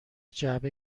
جعبه